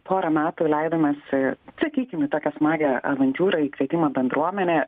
porą metų leidomės sakykim į tokią smagią avantiūrą į kvietimą bendruomenė